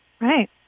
Right